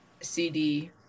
cd